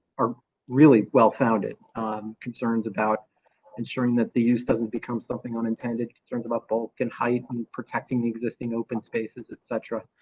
are really well founded concerns about ensuring that they use doesn't become something unintended concerns about bulk in height and protecting the existing open spaces, et cetera.